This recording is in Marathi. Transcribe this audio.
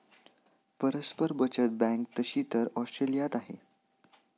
परस्पर बचत बँक तशी तर ऑस्ट्रेलियात आहे